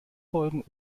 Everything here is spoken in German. folgen